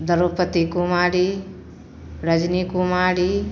Draupadi Kumari Rajni Kumari